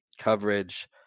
coverage